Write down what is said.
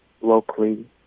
locally